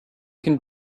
can